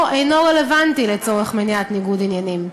אינו רלוונטי לצורך מניעת ניגוד עניינים.